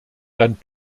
dann